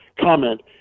comment